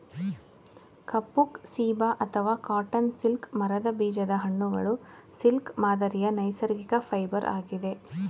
ಕಫುಕ್ ಸೀಬಾ ಅಥವಾ cotton silk ಮರದ ಬೀಜದ ಹಣ್ಣುಗಳು ಸಿಲ್ಕ್ ಮಾದರಿಯ ನೈಸರ್ಗಿಕ ಫೈಬರ್ ಆಗಿದೆ